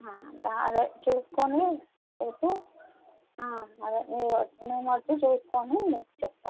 అదే చూసుకొని రేపు అదే మేము మేము వచ్చి చూసుకొని చెప్తాము